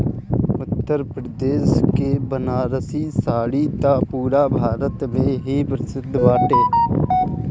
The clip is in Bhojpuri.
उत्तरप्रदेश के बनारसी साड़ी त पुरा भारत में ही प्रसिद्ध बाटे